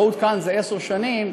שלא עודכן זה עשר שנים,